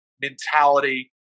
mentality